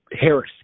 Harris